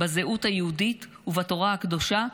בזהות היהודית ובתורה הקדושה,